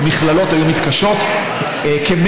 לא במקרה זה השיח שהולך ומתפתח סביב ח'אן